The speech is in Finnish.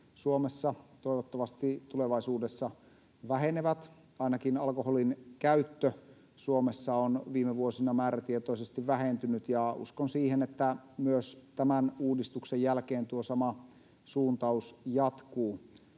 Suomessa toivottavasti tulevaisuudessa vähenevät. Ainakin alkoholin käyttö Suomessa on viime vuosina määrätietoisesti vähentynyt, ja uskon siihen, että myös tämän uudistuksen jälkeen tuo sama suuntaus jatkuu.